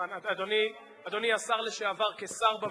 אדוני היושב-ראש, איך אפשר לקיים דיון כשאין שר?